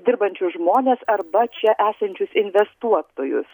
dirbančius žmones arba čia esančius investuotojus